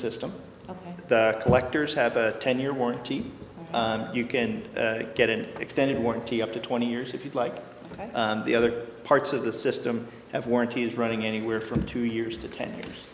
system collectors have a ten year warranty you can get an extended warranty up to twenty years if you like the other parts of the system have warranties running anywhere from two years to ten years